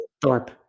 Thorpe